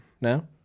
No